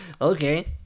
okay